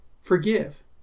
forgive